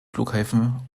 flughäfen